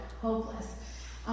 hopeless